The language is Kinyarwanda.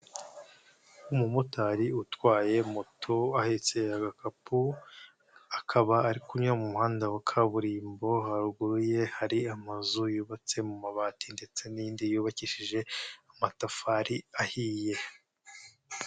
Umumotari utwaye moto, ahetse agakapu akaba ari kunyura mu muhanda wa kaburimbo, haruguru ye hari amazu yubatse mu mabati ndetse n'indi yubakishije amatafari ahiye.